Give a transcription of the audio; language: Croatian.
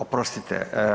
Oprostite.